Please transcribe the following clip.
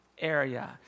area